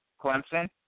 Clemson